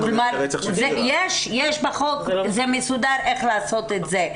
יש בחוק, זה מסודר איך לעשות את זה.